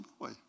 boy